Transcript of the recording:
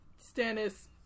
Stannis